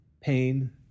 pain